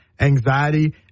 anxiety